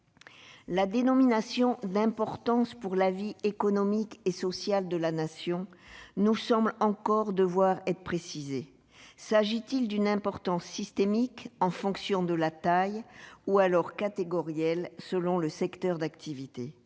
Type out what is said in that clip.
relatif à l'importance « pour la vie économique et sociale de la Nation » nous semble encore devoir être précisé : s'agit-il d'une importance systémique, en fonction de la taille, ou alors catégorielle, selon le secteur d'activité ?